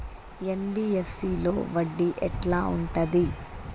NBFC లో వడ్డీ ఎట్లా ఉంటది?